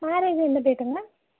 marriage எந்த டேட்டுங்கம்மா